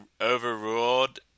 overruled